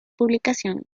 publicación